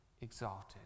exalted